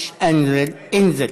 מיש אַנזל, אִנזיל.